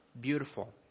beautiful